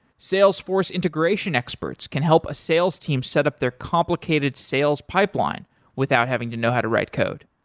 salesforce integration experts can help a sales team set up their complicated sales pipeline without having to know how to write code.